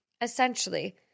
Essentially